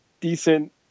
decent